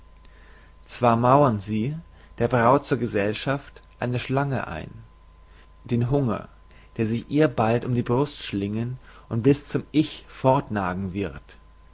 zwar mauern sie der braut zur gesellschaft eine schlange ein den hunger die sich ihr bald um die brust schlingen und bis zum ich fortnagen wird